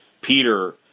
Peter